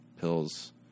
pills